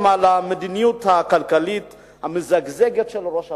את המדיניות הכלכלית המזגזגת של ראש הממשלה.